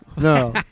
no